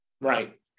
Right